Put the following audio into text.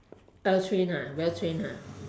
well trained ah well trained ah